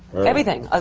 everything, ah